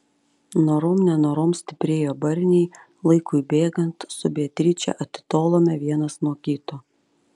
norom nenorom stiprėjo barniai laikui bėgant su beatriče atitolome vienas nuo kito